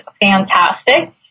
fantastic